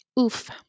Oof